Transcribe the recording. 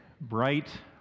bright